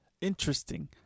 Interesting